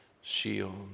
shield